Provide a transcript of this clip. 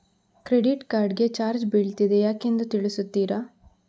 Credit card ಗೆ charge ಬೀಳ್ತಿದೆ ಯಾಕೆಂದು ತಿಳಿಸುತ್ತೀರಾ?